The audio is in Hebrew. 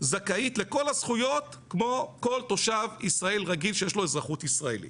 זכאית לכל הזכויות כמו כל תושב ישראל רגיל שיש לו אזרחות ישראלית.